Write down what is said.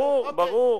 לא אנחנו, ברור, ברור.